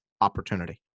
opportunity